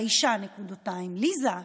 האישה: ליזה.